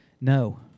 No